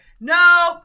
no